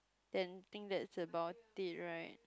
then think that's about it right